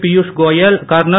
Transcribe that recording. Piyush Goyal kernel